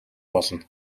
болно